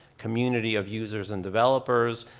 community of users and developers,